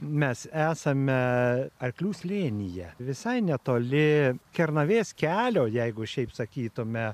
mes esame arklių slėnyje visai netoli kernavės kelio jeigu šiaip sakytume